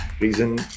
reason